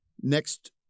next